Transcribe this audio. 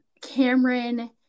Cameron